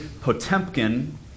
Potemkin